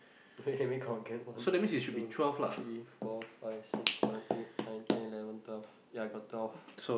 let me count can one two three four five six seven eight nine ten eleven twelve ya I got twelve